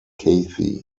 kathy